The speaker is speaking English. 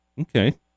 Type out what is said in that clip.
okay